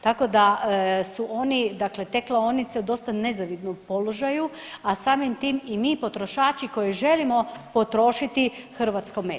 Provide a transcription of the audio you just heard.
Tako da su oni te klaonice u dosta nezavidnom položaju, a samim tim i mi potrošači koji želimo potrošiti hrvatsko meso.